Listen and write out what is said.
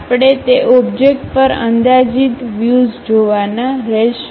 તેથી આપણે તે ઓબ્જેક્ટ પર અંદાજિત વ્યુઝ જોવાના રહેશે